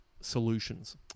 solutions